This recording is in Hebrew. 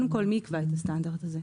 קודם כל, מי יקבע את הסטנדרט הזה?